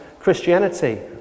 Christianity